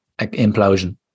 implosion